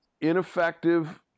ineffective